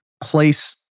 place